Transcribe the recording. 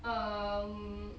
um